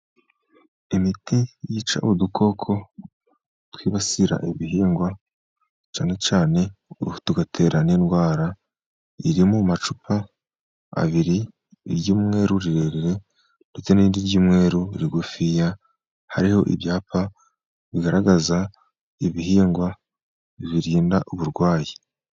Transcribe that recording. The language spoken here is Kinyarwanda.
Imiti yica udukoko twibasira ibihingwa, cyane cyane tugatera n'indwara, iri mu macupa abiri, iry'umweru rirerire, ndetse n'iry'umweru rigufiya, hariho ibyapa bigaragaza ibihingwa birinda uburwayi.